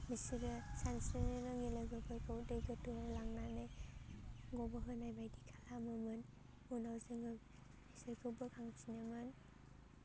बिसोरो सानस्रिनो रोङै लोगोफोरखौ दै गोथौआव लांनानै गब'होनाय बायदि खालामोमोन उनाव जोङो बिसोरखौ बोखांफिनोमोन